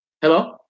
Hello